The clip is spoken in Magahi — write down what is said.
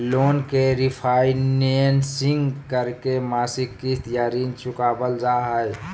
लोन के रिफाइनेंसिंग करके मासिक किस्त या ऋण चुकावल जा हय